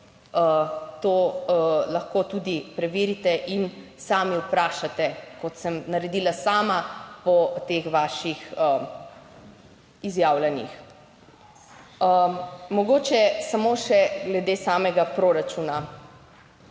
To lahko tudi preverite in sami vprašate, kot sem naredila sama po teh vaših izjavljanjih. Mogoče samo še glede samega proračuna.